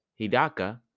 Hidaka